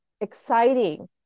exciting